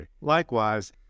Likewise